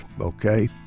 okay